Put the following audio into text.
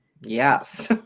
Yes